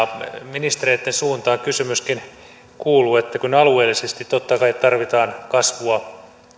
ministereitten suuntaan kysymys kuuluukin että kun alueellisesti totta kai tarvitaan kasvua